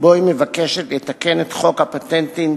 את חוק הפטנטים,